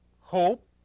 hope